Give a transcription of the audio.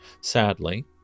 Sadly